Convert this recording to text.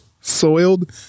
Soiled